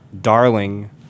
darling